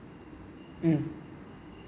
mmhmm